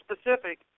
specific